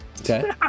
Okay